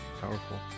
Powerful